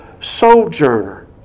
sojourner